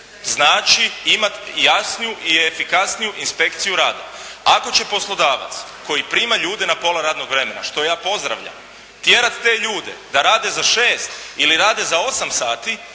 znači imati jasniju i efikasniju inspekciju rada. Ako će poslodavac koji prima ljude na pola radnog vremena što ja pozdravljam tjerati te ljude da rade za šest ili rade za osam sati